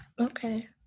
okay